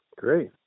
Great